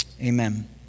amen